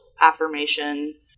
affirmation